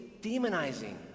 demonizing